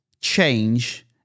change